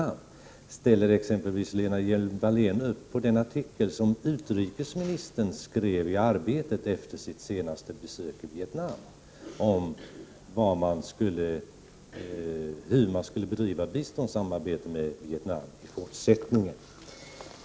Ställer sig Lena Hjelm Wallén bakom den artikel som utrikesministern skrev i Arbetet efter sitt senaste besök i Vietnam? Artikeln handlade om hur man i fortsättningen | skulle bedriva biståndssamarbete med Vietnam.